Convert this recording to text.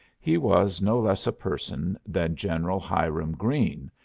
he was no less a person than general hiram greene,